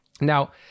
Now